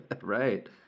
right